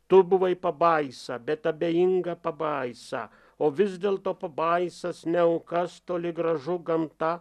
tu buvai pabaisa bet abejinga pabaisa o vis dėlto pabaisas ne aukas toli gražu gamta